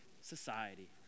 society